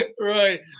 Right